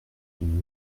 d’une